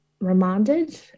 remanded